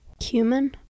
cumin